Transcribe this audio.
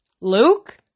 Luke